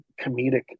comedic